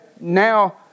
now